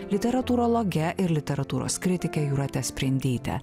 literatūrologe ir literatūros kritike jūrate sprindyte